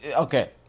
Okay